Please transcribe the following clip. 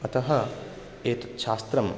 अतः एतत्च्छास्त्रम्